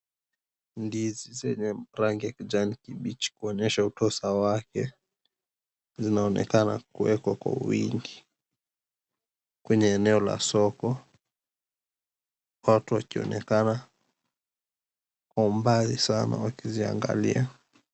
Ndizi zenye rangi ya kijani kibichi kuonyesha utosa wake, zinaonekana kuwekwa kwa wingi kwenye eneo la soko. Watu wakionekana kwa umbali sana wakiziangalia.